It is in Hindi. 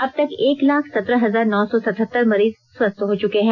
अब तक एक लाख सत्रह हजार नौ सौ सतहत्तर मरीज स्वस्थ हो चुके हैं